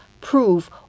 prove